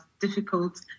difficult